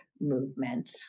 movement